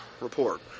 report